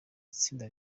itsinda